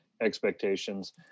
expectations